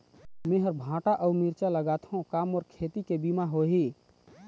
मेहर भांटा अऊ मिरचा लगाथो का मोर खेती के बीमा होही?